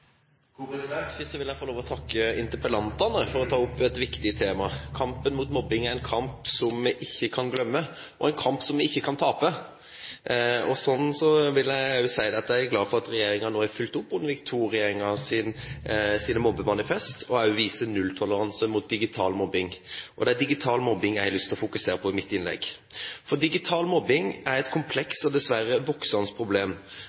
Først vil jeg få takke interpellantene for å ta opp et viktig tema. Kampen mot mobbing er en kamp som vi ikke kan glemme, og en kamp som vi ikke kan tape. Så vil jeg også si at jeg er glad for at regjeringen nå har fulgt opp Bondevik II-regjeringens mobbemanifest, og også viser nulltoleranse overfor digital mobbing. Det er digital mobbing jeg har lyst til å fokusere på i mitt innlegg. Digital mobbing er et komplekst og dessverre voksende problem.